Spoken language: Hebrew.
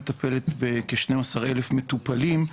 מטפלת בכ- 12 אלף מטופלים,